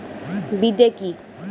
বিদে কি?